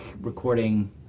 recording